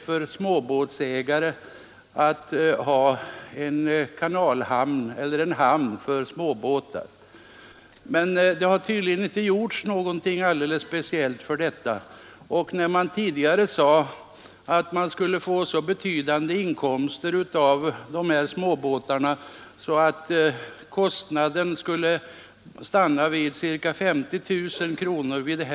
Ett intresse är att förse småbåtsägarna med en hamn, men det har tydligen inte gjorts någonting speciellt för detta. Det sades tidigare att man skulle få så betydande inkomster av småbåtarna att kostnaden vid det här laget skulle stanna vid ca 50 000 kronor om året.